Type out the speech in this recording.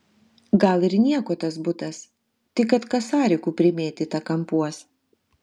gal ir nieko tas butas tik kad kasarikų primėtyta kampuos